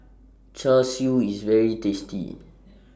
Char Siu IS very tasty